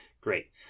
Great